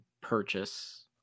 purchase